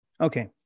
Okay